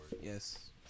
yes